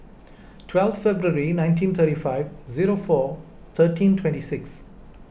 twelve February nineteen thirty five zero four thirteen twenty six